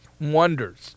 Wonders